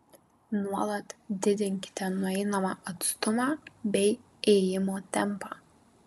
nuolat didinkite nueinamą atstumą bei ėjimo tempą